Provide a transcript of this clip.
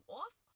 off